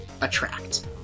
attract